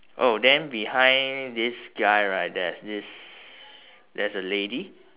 oh then behind this guy right there's this there's a lady